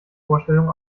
vorstellung